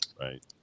Right